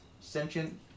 sentient